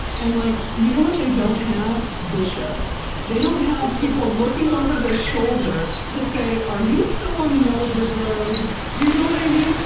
and like, you know what they don't have? bishops they don't have people looking over their shoulder to say, are you still on the yellow brick road? do you know what i mean?